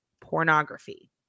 pornography